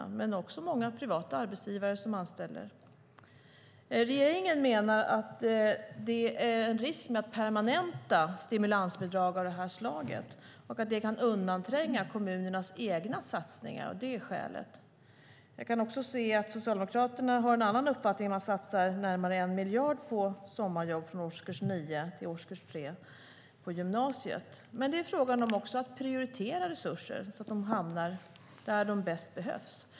Men det fanns också många privata arbetsgivare som anställde ungdomar. Regeringen menar att det finns en risk för att permanenta stimulansbidrag av det slaget kan undantränga kommunernas egna satsningar. Socialdemokraterna har en annan uppfattning. Man satsar närmare 1 miljard på sommarjobb för ungdomar från årskurs 9 fram till årskurs 3 på gymnasiet. Men det är också fråga om att prioritera resurser så att de hamnar där de bäst behövs.